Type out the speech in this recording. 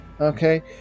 Okay